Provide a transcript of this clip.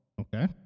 Okay